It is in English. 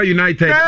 United